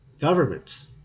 governments